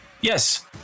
Yes